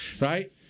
Right